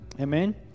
Amen